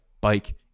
bike